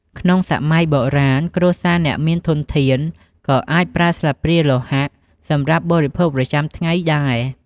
ក្នុងសម័យបុរាណ គ្រួសារអ្នកមានធនធានក៏អាចប្រើស្លាបព្រាលោហៈសម្រាប់បរិភោគប្រចាំថ្ងៃដែរ។